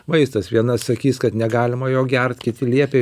vaistas viena sakys kad negalima jo gert kiti liepė